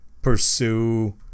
pursue